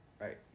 right